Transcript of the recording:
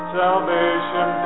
salvation